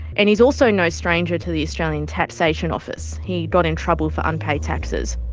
and he's also no stranger to the australian taxation office. he got in trouble for unpaid taxes.